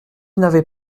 n’avais